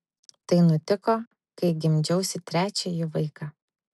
tai nutiko kai gimdžiausi trečiąjį vaiką